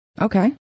Okay